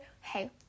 hey